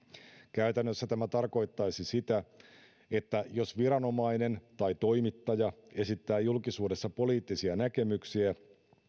käytännössä tämä tarkoittaisi sitä että jos viranomainen tai toimittaja esittää julkisuudessa poliittisia näkemyksiä